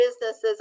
businesses